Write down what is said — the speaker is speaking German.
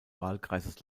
wahlkreises